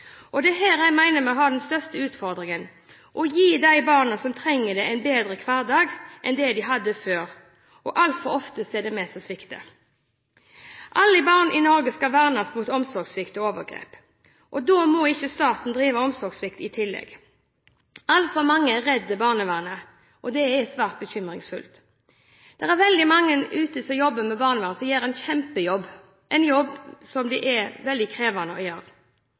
Det er her jeg mener vi har den største utfordringen: å gi de barna som trenger det, en bedre hverdag enn den de hadde før. Altfor ofte er det vi som svikter. Alle barn i Norge skal vernes mot omsorgssvikt og overgrep. Da må ikke staten drive omsorgssvikt i tillegg. Altfor mange er redd for barnevernet, og det er svært bekymringsfylt. Det er veldig mange der ute som jobber med barnevern, som gjør en kjempejobb – en jobb som er veldig krevende å